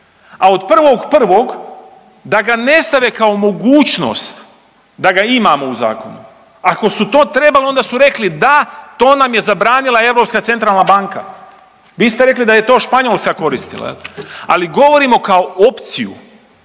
a od 1.1. da ga ne stave kao mogućnost da ga imamo u zakonu. Ako su to trebali onda su rekli da to nam je zabranila ECB. Vi ste rekli da je to Španjolska koristila jel, ali govorimo kao opciju,